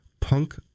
Punk